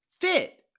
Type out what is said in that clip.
fit